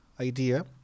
idea